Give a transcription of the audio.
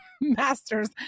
Masters